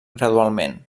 gradualment